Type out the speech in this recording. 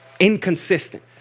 inconsistent